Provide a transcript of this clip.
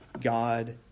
God